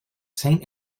saint